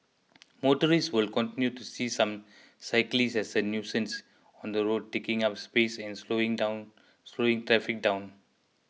motorists will continue to see some cyclists as a nuisance on the road taking up space and slowing down slowing traffic down